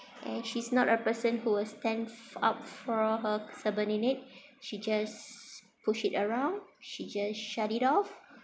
and she's not a person who will stand up for her subordinate she just push it around she just shut it off